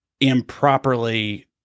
improperly